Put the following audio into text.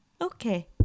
Okay